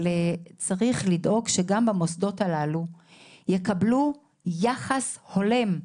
צריך לדאוג שגם במוסדות הללו יקבלו יחס הולם,